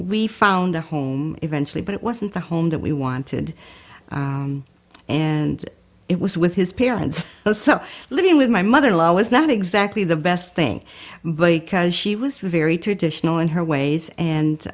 we found a home eventually but it wasn't the home that we wanted and it was with his parents so living with my mother in law was not exactly the best thing but because she was very traditional in her ways and